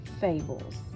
fables